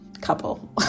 couple